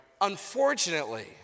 Unfortunately